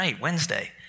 Wednesday